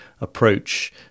approach